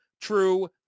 true